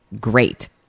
great